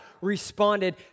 responded